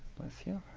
bless you.